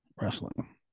wrestling